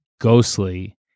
Ghostly